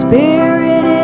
Spirit